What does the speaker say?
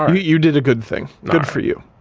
i mean you did a good thing, good for you.